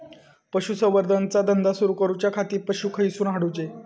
पशुसंवर्धन चा धंदा सुरू करूच्या खाती पशू खईसून हाडूचे?